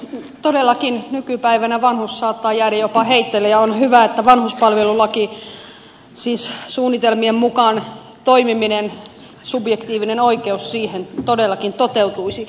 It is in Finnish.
todellakin nykypäivänä vanhus saattaa jäädä jopa heitteille ja on hyvä että vanhuspalvelulaki siis suunnitelmien mukaan toimiminen subjektiivinen oikeus palveluihin todellakin toteutuisi